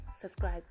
subscribe